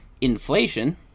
inflation